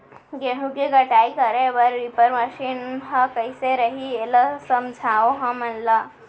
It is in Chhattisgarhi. गेहूँ के कटाई करे बर रीपर मशीन ह कइसे रही, एला समझाओ हमन ल?